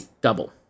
double